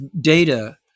data